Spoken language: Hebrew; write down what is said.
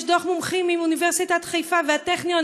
יש דוח מומחים מאוניברסיטת חיפה והטכניון,